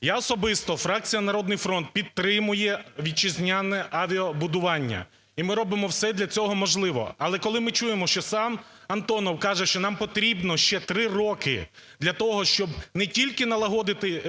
Я особисто, фракція "Народний фронт" підтримує вітчизняне авіабудування. І ми робимо все для цього можливе, але коли ми чуємо, що сам "Антонов" каже, що нам потрібно ще три роки для того, щоб не тільки налагодити